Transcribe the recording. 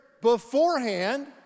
beforehand